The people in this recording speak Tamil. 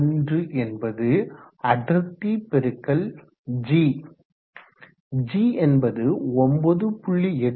81 என்பது அடர்த்தி ρx g g என்பது 9